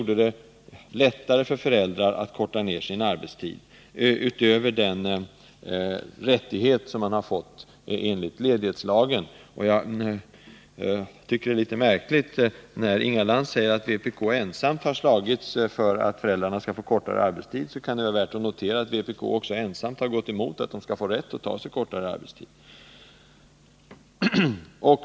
Det blev lättare för föräldrar att korta ned sin arbetstid, att utnyttja sin rätt enligt föräldraledighetslagen. Jag tycker att det är litet märkligt att Inga Lantz säger att vpk ensamt har kämpat för att föräldrarna skall få kortare arbetstid, när man samtidigt kan konstatera att vpk var ensamt om att gå emot förslaget om rätt till förkortad arbetstid.